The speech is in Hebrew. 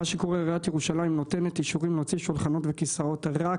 מה שקורה זה שעיריית ירושלים נותנת אישורים להוציא שולחנות וכיסאות רק